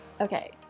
Okay